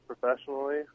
professionally